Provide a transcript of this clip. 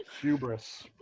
hubris